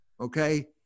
okay